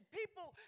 people